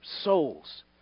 souls